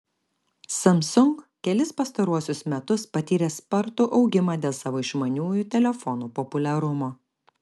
samsung kelis pastaruosius metus patyrė spartų augimą dėl savo išmaniųjų telefonų populiarumo